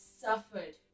suffered